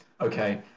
okay